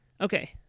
Okay